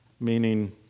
meaning